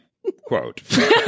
Quote